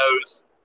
knows